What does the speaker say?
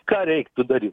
ką reiktų dary